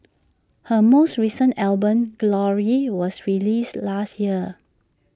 her most recent album glory was released last year